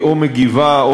היא או מגיבה או,